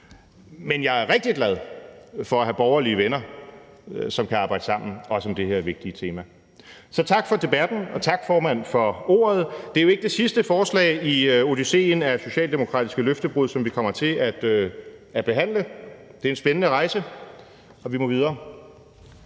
Men jeg er rigtig glad for at have borgerlige venner, som kan arbejde sammen, også om det her vigtige tema. Så tak for debatten, og tak, formand, for ordet. Det er jo ikke det sidste forslag i odysséen af socialdemokratiske løftebrud, som vi kommer til at behandle. Det er en spændende rejse, og vi må videre.